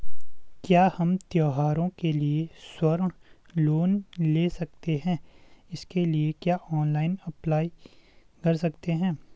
क्या हम त्यौहारों के लिए स्वर्ण लोन ले सकते हैं इसके लिए क्या ऑनलाइन अप्लाई कर सकते हैं?